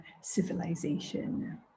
civilization